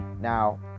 Now